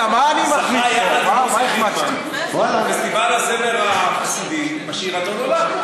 זכה יחד עם עוזי חיטמן בפסטיבל הזמר החסידי בשיר "אדון עולם".